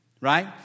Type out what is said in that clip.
right